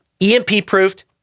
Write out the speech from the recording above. EMP-proofed